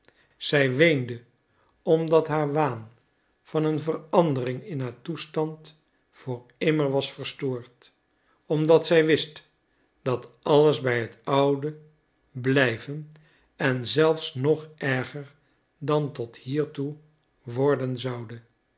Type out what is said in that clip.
zij weende omdat haar waan van een verandering in haar toestand voor immer was verstoord omdat zij wist dat alles bij het oude blijven en zelfs nog erger dan tot hiertoe worden zoude